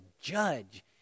judge